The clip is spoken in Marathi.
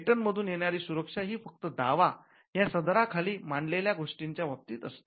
पेटंट मधून येणारी सुरक्षा ही फक्त दावा या सदरा खाली मांडलेल्या गोष्टींच्या बाबतीत असते